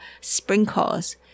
sprinkles